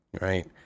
right